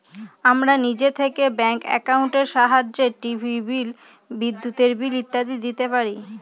আমরা নিজে থেকে ব্যাঙ্ক একাউন্টের সাহায্যে টিভির বিল, বিদ্যুতের বিল ইত্যাদি দিতে পারি